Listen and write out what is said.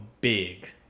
big